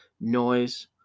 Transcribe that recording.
Noise